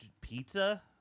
pizza